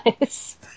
Nice